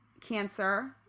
cancer